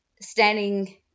standing